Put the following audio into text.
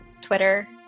Twitter